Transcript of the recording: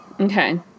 Okay